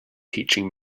teaching